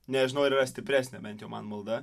nežinau ar yra stipresnė bent jau man malda